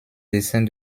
dessins